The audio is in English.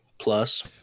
Plus